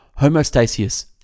Homeostasis